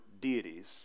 deities